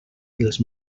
dels